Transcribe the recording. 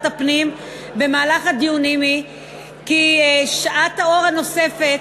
הפנים במהלך הדיונים היא ששעת האור הנוספת